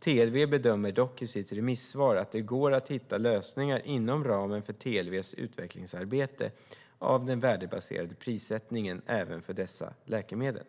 TLV bedömer dock i sitt remissvar att det går att hitta lösningar inom ramen för TLV:s utvecklingsarbete av den värdebaserade prissättningen även för dessa läkemedel.